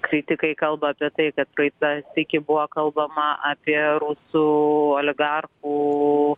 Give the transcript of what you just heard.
kritikai kalba apie tai kad praeitą sykį buvo kalbama apie rusų oligarchų